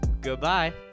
goodbye